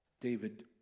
David